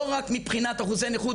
לא רק מבחינת אחוזי נכות,